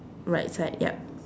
right side yup